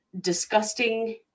disgusting